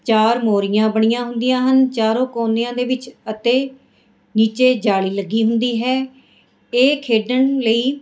ਚਾਰ ਮੋਰੀਆਂ ਬਣੀਆ ਹੁੰਦੀਆਂ ਹਨ ਚਾਰੋਂ ਕੋਨਿਆਂ ਦੇ ਵਿੱਚ ਅਤੇ ਨੀਚੇ ਜਾਲੀ ਲੱਗੀ ਹੁੰਦੀ ਹੈ ਇਹ ਖੇਡਣ ਲਈ